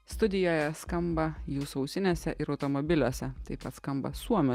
studijoje skamba jūsų ausinėse ir automobiliuose taip pat skamba suomių